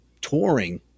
touring